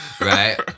Right